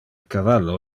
cavallo